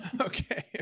Okay